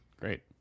Great